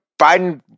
biden